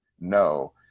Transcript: no